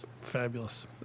Fabulous